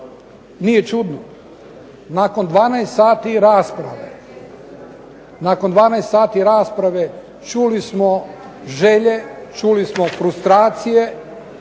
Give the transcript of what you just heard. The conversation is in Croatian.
rasprava, nakon 12 sati rasprave čuli smo želje, čuli smo frustracije,